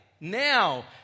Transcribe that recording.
Now